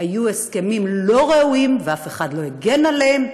היו הסכמים לא ראויים ואף אחד לא הגן עליהם,